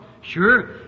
Sure